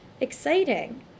exciting